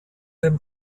dem